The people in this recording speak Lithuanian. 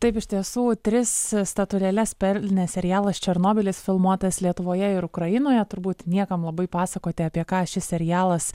taip iš tiesų tris statulėles pelnęs serialas černobylis filmuotas lietuvoje ir ukrainoje turbūt niekam labai pasakoti apie ką šis serialas